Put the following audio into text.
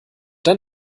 dann